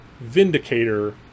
Vindicator